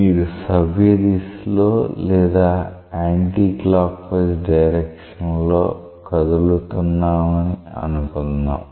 మీరు సవ్యదిశలో లేదా యాంటీ క్లాక్ వైజ్ డైరెక్షన్ లో కదులుతున్నామని అనుకుందాం